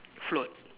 float